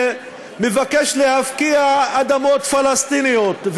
שמבקש להפקיע אדמות פלסטיניות,